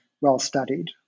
well-studied